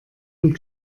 und